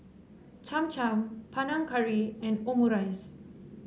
Cham Cham Panang Curry and Omurice